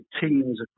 teams